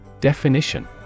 Definition